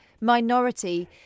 minority